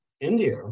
India